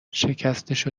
شکستشو